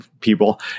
people